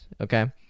Okay